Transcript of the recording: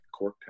Corktown